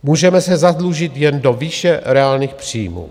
Můžeme se zadlužit jen do výše reálných příjmů.